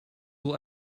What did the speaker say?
will